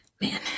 Man